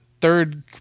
third